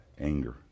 anger